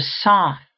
soft